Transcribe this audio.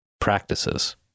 practices